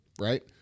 right